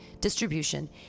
distribution